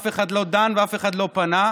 אף אחד לא דן ואף אחד לא פנה.